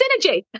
synergy